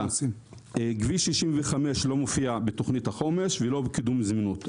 כביש 65 לא מופיע בתוכנית החומש ולא בקידום זמינות.